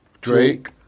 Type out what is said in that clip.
Drake